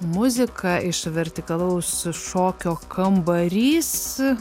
muzika iš vertikalaus šokio kambarys